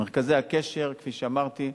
מרכזי הקשר, כפי שאמרתי,